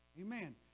Amen